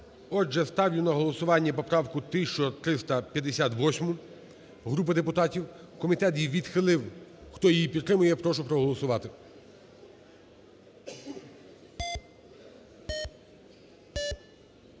Отже, ставлю на голосування поправку 1358-у групи депутатів. Комітет її відхилив. Хто її підтримує, прошу проголосувати.